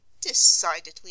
Decidedly